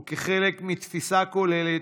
וכחלק מתפיסה כוללת,